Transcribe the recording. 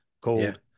called